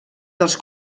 dels